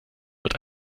wird